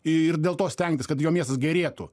ir dėl to stengtis kad jo miestas gerėtų